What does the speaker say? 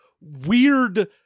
weird